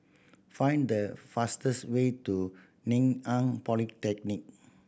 find the fastest way to Ngee Ann Polytechnic